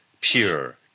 pure